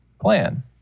plan